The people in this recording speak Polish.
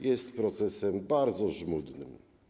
Jest procesem bardzo żmudnym.